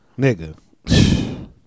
Nigga